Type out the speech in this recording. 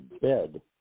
bed